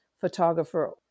photographer